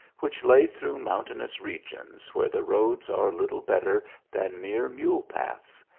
which lay through moun tainous regions where the roads are little better than mere mule paths,